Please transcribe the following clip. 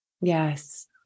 Yes